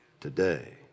today